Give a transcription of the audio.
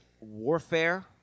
warfare